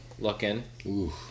Looking